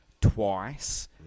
twice